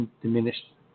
diminished